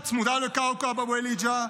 שצמודה לכאוכב אבו אל-היג'א,